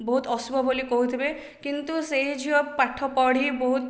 ବହୁତ ଅଶୁଭ ବୋଲି କହୁଥିବେ କିନ୍ତୁ ସେହି ଝିଅ ପାଠ ପଢି ବହୁତ